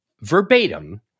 verbatim